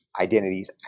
identities